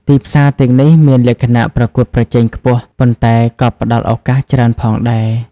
ទីផ្សារទាំងនេះមានលក្ខណៈប្រកួតប្រជែងខ្ពស់ ប៉ុន្តែក៏ផ្តល់ឱកាសច្រើនផងដែរ។